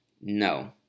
No